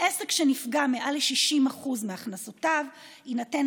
לעסק שנפגע במעל ל-60% מהכנסותיו יינתן